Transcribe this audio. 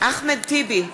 אחמד טיבי,